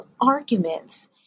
arguments